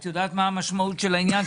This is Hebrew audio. את יודעת מה המשמעות של העניין?